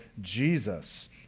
Jesus